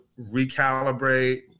recalibrate